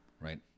right